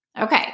Okay